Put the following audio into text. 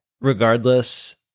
regardless